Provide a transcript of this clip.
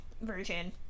version